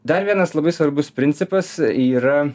dar vienas labai svarbus principas yra